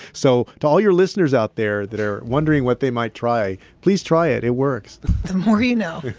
so to all your listeners out there that are wondering what they might try, please try it. it works the more you know